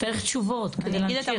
אנחנו נצטרך תשובות כדי להמשיך.